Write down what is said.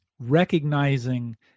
recognizing